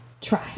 try